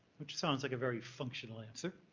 which sounds like a very functional answer.